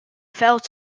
failed